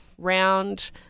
round